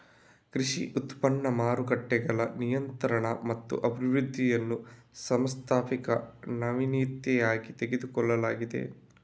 ಕೃಷಿ ಉತ್ಪನ್ನ ಮಾರುಕಟ್ಟೆಗಳ ನಿಯಂತ್ರಣ ಮತ್ತು ಅಭಿವೃದ್ಧಿಯನ್ನು ಸಾಂಸ್ಥಿಕ ನಾವೀನ್ಯತೆಯಾಗಿ ತೆಗೆದುಕೊಳ್ಳಲಾಗಿದೆ